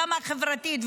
גם החברתית,